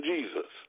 Jesus